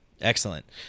Excellent